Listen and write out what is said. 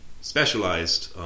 specialized